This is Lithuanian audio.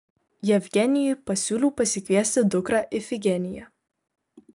jevgenijui pasiūliau pasikviesti dukrą ifigeniją